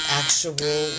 actual